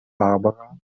barbara